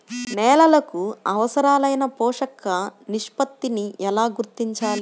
నేలలకు అవసరాలైన పోషక నిష్పత్తిని ఎలా గుర్తించాలి?